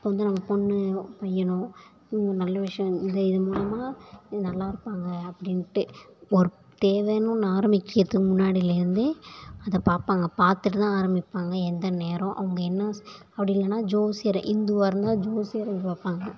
இப்போ வந்து நம்ம பொண்ணு பையனும் நல்ல விஷயம் இந்த இது மூலிமா நல்லாருப்பாங்க அப்படின்ட்டு ஒரு தேவைன்னு ஒன்று ஆரம்பிக்கிறதுக்கு முன்னாடிலேருந்தே அதை பார்ப்பாங்க பார்த்துட்டு தான் ஆரம்பிப்பாங்க எந்த நேரம் அவங்க என்ன அப்படி இல்லைன்னா ஜோசியர் இந்துவாக இருந்தால் ஜோசியர் போய் பார்ப்பாங்க